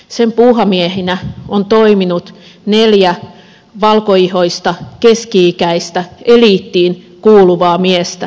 sen puuhamiehinä on toiminut neljä valkoihoista keski ikäistä eliittiin kuuluvaa miestä